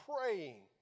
praying